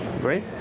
Great